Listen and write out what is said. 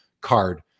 card